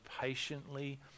patiently